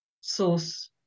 source